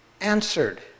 answered